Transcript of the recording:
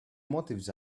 motives